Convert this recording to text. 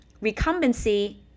recumbency